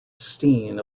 steen